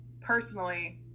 personally